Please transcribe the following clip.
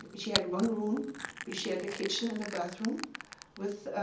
she had one room we shared a kitchen and a bathroom with